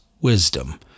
wisdom